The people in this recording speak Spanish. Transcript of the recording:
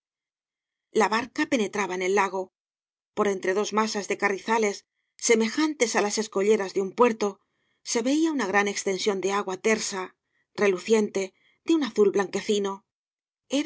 la barca penetraba en ei lago por entre dos masas de carrizales semejantes á las escolleras de un puerto se veía una gran extensión de agua tersa reluciente de un azul blanquecino